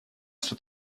что